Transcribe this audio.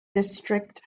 district